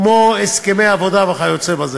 כמו הסכמי עבודה וכיוצא בזה.